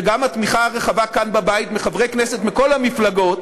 וגם התמיכה הרחבה כאן בבית מחברי כנסת מכל המפלגות,